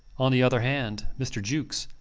on the other hand, mr. jukes,